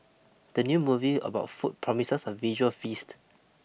the new movie about food promises a visual feast